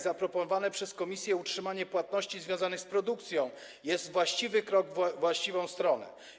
Zaproponowane przez Komisję utrzymanie płatności związanych z produkcją jest krokiem we właściwą stronę.